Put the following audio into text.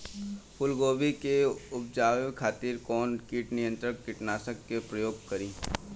फुलगोबि के उपजावे खातिर कौन कीट नियंत्री कीटनाशक के प्रयोग करी?